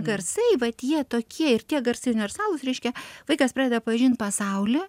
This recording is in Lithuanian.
garsai vat jie tokie ir tie garsai universalūs reiškia vaikas pradeda pažint pasaulį